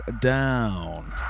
down